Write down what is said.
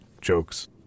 jokes